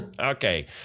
Okay